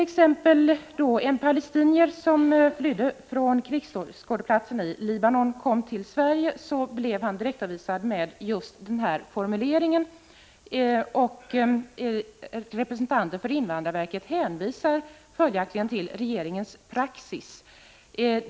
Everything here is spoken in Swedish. Exempelvis en palestinier som flytt från krigsskådeplatsen i Libanon och kom till Sverige blev direktavvisad på grundval av just denna formulering. Representanter för invandrarverket hänvisar följaktligen till regeringens praxis.